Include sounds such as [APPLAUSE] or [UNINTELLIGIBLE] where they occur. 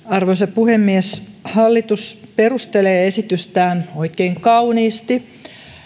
[UNINTELLIGIBLE] arvoisa puhemies hallitus perustelee esitystään oikein kauniisti